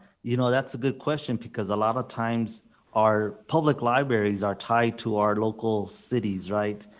you know that's a good question because a lot of times our public libraries are tied to our local cities right?